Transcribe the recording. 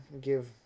give